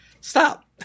stop